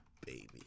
baby